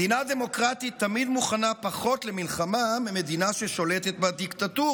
מדינה דמוקרטית תמיד מוכנה פחות למלחמה ממדינה ששולטת בה דיקטטורה,